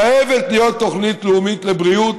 חייבת להיות תוכנית לאומית לבריאות,